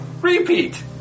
Repeat